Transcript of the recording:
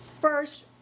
First